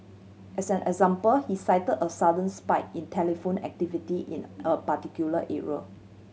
as an example he cite a sudden spike in telephone activity in a particular area